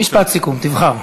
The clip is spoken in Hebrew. משפט סיכום, תבחר.